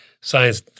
science